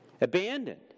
abandoned